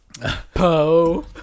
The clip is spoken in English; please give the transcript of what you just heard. Poe